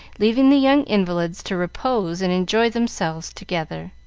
leaving the young invalids to repose and enjoy themselves together.